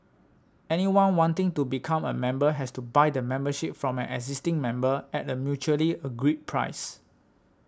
anyone wanting to become a member has to buy the membership from an existing member at a mutually agreed price